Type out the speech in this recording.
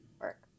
work